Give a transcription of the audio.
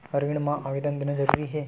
ऋण मा आवेदन देना जरूरी हे?